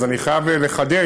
אז אני חייב לחדד,